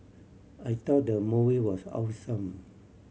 I thought the movie was awesome